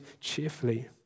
cheerfully